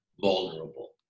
vulnerable